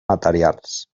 materials